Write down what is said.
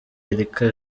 erica